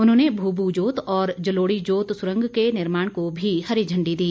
उन्होंने भूभू जोत और जलोड़ी जोत सुरंग के निर्माण को भी हरी झण्डी दी